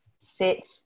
sit